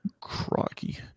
Crocky